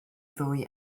ddwy